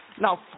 Now